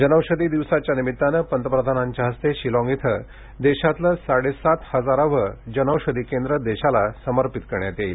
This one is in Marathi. जनौषधी दिवसाच्या निमित्ताने पंतप्रधानांच्या हस्ते शिलाँग इथं देशातलं साडेसात हजारावं जनौषधी केंद्र देशाला समर्पित करण्यात येईल